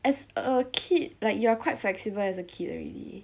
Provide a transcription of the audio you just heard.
as a kid like you are quite flexible as a kid already